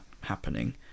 happening